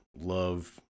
love